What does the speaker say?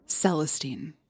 Celestine